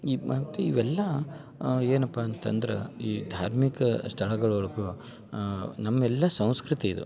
ಈ ಮತ್ತು ಇವೆಲ್ಲ ಏನಪ್ಪ ಅಂತಂದ್ರೆ ಈ ಧಾರ್ಮಿಕ ಸ್ಥಳಗಳೊಳಗೂ ನಮ್ಮೆಲ್ಲ ಸಂಸ್ಕೃತಿ ಇದು